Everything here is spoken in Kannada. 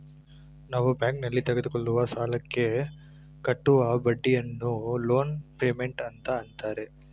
ನಾವು ಬ್ಯಾಂಕ್ನಲ್ಲಿ ತೆಗೆದುಕೊಳ್ಳುವ ಸಾಲಕ್ಕೆ ಕಟ್ಟುವ ಬಡ್ಡಿಯನ್ನು ಲೋನ್ ಪೇಮೆಂಟ್ ಅಂತಾರೆ